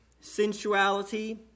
sensuality